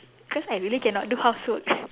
cause I really cannot do housework